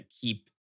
keep